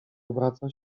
obraca